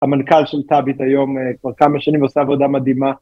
המנכ״ל של טאביט היום כבר כמה שנים עושה עבודה מדהימה